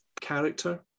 character